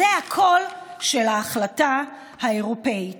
זה הקול של ההחלטה האירופית.